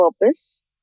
purpose